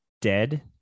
dead